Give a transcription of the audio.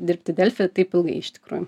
dirbti delfi taip ilgai iš tikrųjų